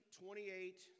28